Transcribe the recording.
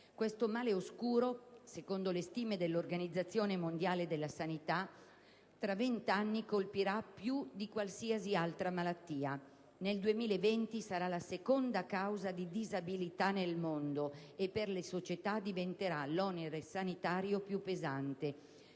per questo. Secondo le stime dell'Organizzazione mondiale della sanità, tra 20 anni questo «male oscuro» colpirà più di qualsiasi altra malattia. Nel 2020 sarà la seconda causa di disabilità nel mondo e per le società diventerà l'onere sanitario più pesante,